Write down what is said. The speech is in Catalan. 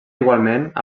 igualment